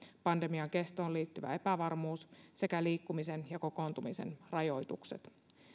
pandemian kestoon liittyvä epävarmuus sekä liikkumisen ja kokoontumisen rajoitukset